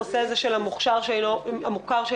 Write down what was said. הנושא של המוכר שאינו רשמי,